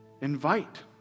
invite